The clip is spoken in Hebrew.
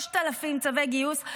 שלחו 3,000 צווי גיוס,